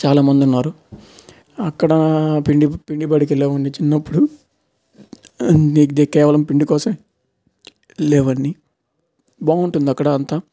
చాలా మంది ఉన్నారు అక్కడ పిండి పిండి బడికి వెళ్లే వాడిని చిన్నప్పుడు నీదే కేవలం పిండి కోసమేలే అవన్నీ బాగుంటుంది అక్కడ అంత